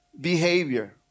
behavior